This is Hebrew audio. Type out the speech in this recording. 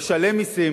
ישלם מסים